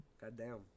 Goddamn